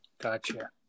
Gotcha